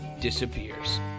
disappears